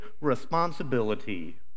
responsibility